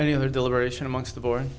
any other deliberation amongst the board